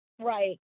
right